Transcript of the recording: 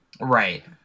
Right